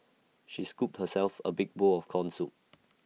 she scooped herself A big bowl of Corn Soup